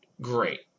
great